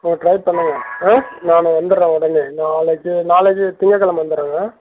கொஞ்சோம் ட்ரை பண்ணுங்களேன் ஆ நான் வந்துடுறேன் உடனே நாளைக்கு நாளைக்கு திங்ககெழமை வந்துர்றேங்க